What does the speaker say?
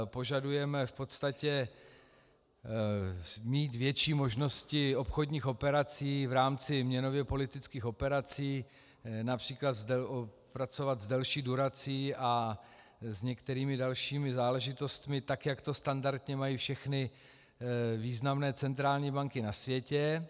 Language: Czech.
Požadujeme v podstatě mít větší možnosti obchodních operací v rámci měnověpolitických operací, např. pracovat s delší durací a s některými dalšími záležitostmi tak, jak to standardně mají všechny významné centrální banky na světě.